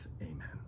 amen